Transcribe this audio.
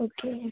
okay